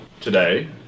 today